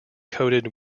coated